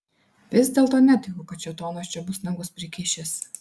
vis dėlto netikiu kad šėtonas čia bus nagus prikišęs